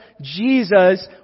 Jesus